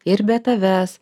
ir be tavęs